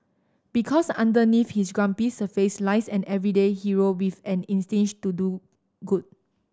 because underneath his grumpy surface lies an everyday hero with an to do good